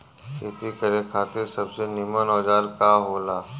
खेती करे खातिर सबसे नीमन औजार का हो ला?